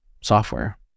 software